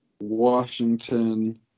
Washington